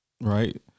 right